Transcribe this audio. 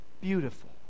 beautiful